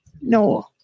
no